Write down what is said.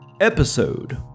episode